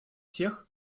тех